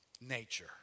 nature